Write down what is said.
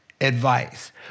Advice